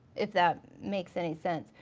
if that makes any sense.